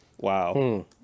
Wow